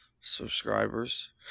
Subscribers